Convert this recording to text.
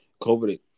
COVID